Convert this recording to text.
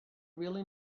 really